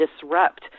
disrupt